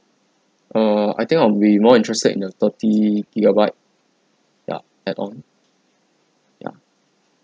err I think I'll be more interested in the thirty gigabyte ya add-on ya